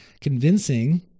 convincing